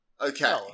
okay